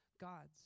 God's